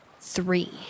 Three